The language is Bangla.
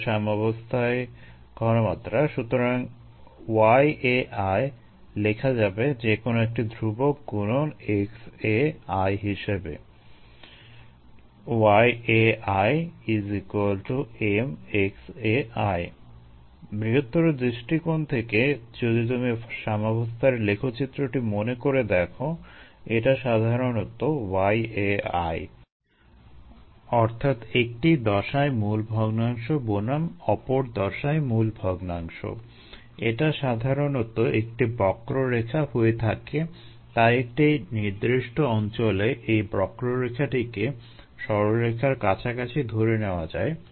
এরা সাম্যাবস্থায় ঘনমাত্রা এবং সুতরাং yAi লেখা যাবে যেকোনো একটি ধ্রুবক গুণন xAi হিসেবে বৃহত্তর দৃষ্টিকোণ থেকে যদি তুমি সাম্যাবস্থার লেখচিত্রটি মনে করে দেখো এটা সাধারণত yAi অর্থাৎ একটি দশায় মোল ভগ্নাংশ বনাম অপর দশায় মোল ভগ্নাংশ এটা সাধারণত একটি বক্ররেখা হয়ে থাকে তাই একটি নির্দিষ্ট অঞ্চলে এই বক্ররেখাটিকে সরলরেখার কাছাকাছি ধরে নেওয়া যায়